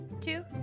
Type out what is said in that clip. two